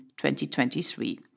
2023